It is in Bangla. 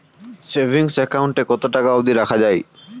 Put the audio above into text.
সেভিংস একাউন্ট এ কতো টাকা অব্দি রাখা যায়?